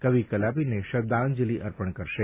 કવિ કલાપીને શબ્દાંજલિ અર્પણ કરશે